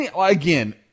again